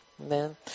Amen